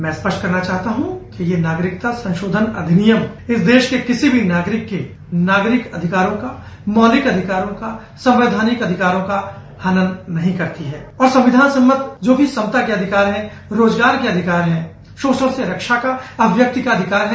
मैं स्पष्ट करना चाहता हूं कि यह नागरिकता संशोधन अधिनियम इस देश के किसी भी नागरिक की नागरिक अधिकारों का मौलिक अधिकारों का संवैधानिक अधिकारों का हनन नहीं करती है और संविधान सम्मत जो भी समता के अधिकार है रोज़गार के अधिकार है शोषण से रक्षा का हर व्यक्ति का अधिकार है